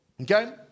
okay